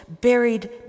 buried